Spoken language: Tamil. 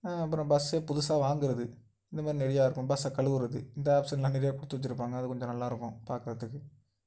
அப்புறம் பஸ்ஸே புதுசாக வாங்கிறது இந்த மாரி நிறையா இருக்கும் பஸில் கழுவுறது இந்த ஆப்சன்லாம் நிறையா கொடுத்து வச்சுருப்பாங்க அது கொஞ்சம் நல்லா இருக்கும் பார்க்கறதுக்கு